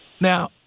Now